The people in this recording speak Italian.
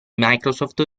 microsoft